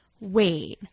wait